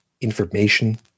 information